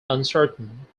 uncertain